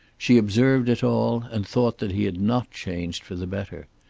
she observed it all, and thought that he had not changed for the better.